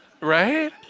Right